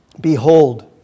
Behold